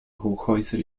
hochhäuser